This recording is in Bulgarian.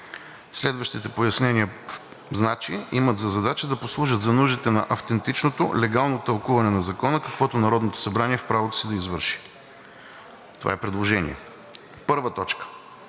Следващите пояснения имат за задача да послужат за нуждите на автентичното легално тълкуване на закона, каквото Народното събрание е в правото си да извърши. Това е предложението.